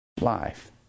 life